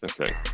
Okay